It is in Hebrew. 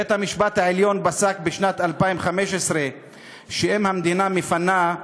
בית-המשפט העליון פסק בשנת 2015 שאם המדינה מפנה,